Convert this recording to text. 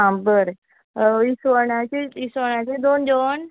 आ बरें इसवणाचे इसवणाचे दोन जेवण